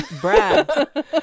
Brad